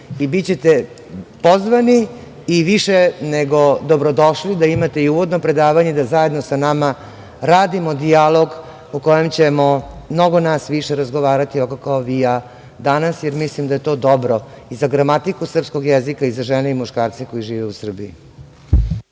i bićete pozvani i više nego dobrodošli da imate i uvodno predavanje da zajedno sa nama radimo dijalog o kojem ćemo mnogo nas više razgovarati ovako kao vi i ja danas, jer mislim da je to dobro i za gramatiku srpskog jezika i za žene i za muškarce koji žive u Srbiji.